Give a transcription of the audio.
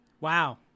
Wow